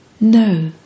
No